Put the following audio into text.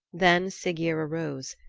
then siggeir arose,